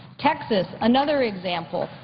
texas, another example.